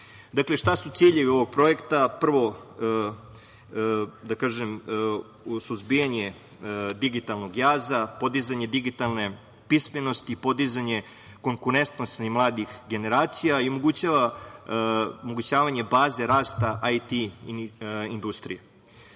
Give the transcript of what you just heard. Srbiji. Dakle, šta su ciljevi ovog projekta? Prvo, u suzbijanje digitalnog jaza, podizanje digitalne pismenosti i podizanje konkurentnosti mladih generacija i omogućavanje baze rasta IT industrije. Kada